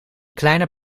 kleine